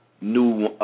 new